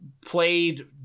played